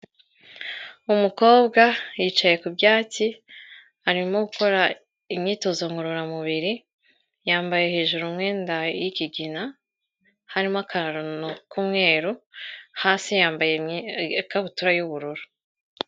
Umukobwa yicaye ku byatsi arimo gukora imyitozo ngororamubiri, yambaye hejuru umwenda y'ikigina, harimo akantu k'umweru, hasi yambaye ikabutura y'ubururu.